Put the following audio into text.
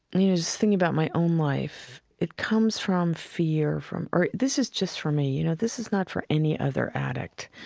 you know, just thinking about my own life, it comes from fear from fear. this is just from me. you know, this is not from any other addict.